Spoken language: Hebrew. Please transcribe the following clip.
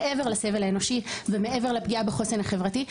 מעבר לסבל האנושי ומעבר לפגיעה בחוסן החברתי,